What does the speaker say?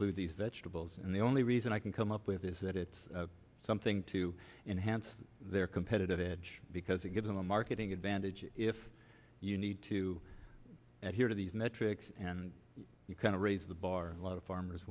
include these vegetables and the only reason i can come up with is that it's something to enhance their competitive edge because it gives them a marketing advantage if you need to adhere to these metrics and you kind of raise the bar a lot of farmers